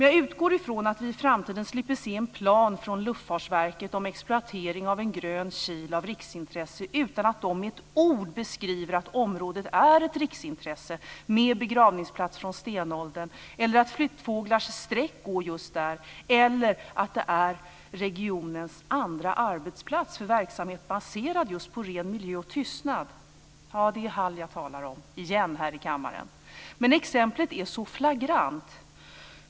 Jag utgår från att vi i framtiden slipper se en plan från Luftfartsverket om exploatering av en grön kil av riksintresse, utan att de med ett ord beskriver att området är ett riksintresse, med begravningsplats från stenåldern, att flyttfåglars sträck går just där eller att det är regionens andra arbetsplats för verksamhet baserad just på ren miljö och tystnad. Det är Hall jag talar om, igen, här i kammaren. Men exemplet är så flagrant.